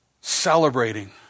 celebrating